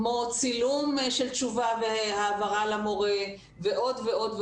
כמו צילום של תשובה והעברה למורה ועוד ועוד,